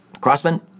Crossman